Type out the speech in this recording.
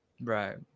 right